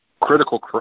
critical